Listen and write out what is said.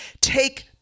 Take